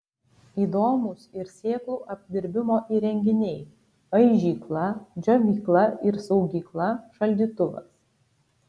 įdomūs ir sėklų apdirbimo įrenginiai aižykla džiovykla ir saugykla šaldytuvas